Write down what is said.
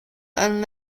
and